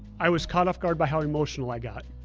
i was caught off-guard by how emotional i got.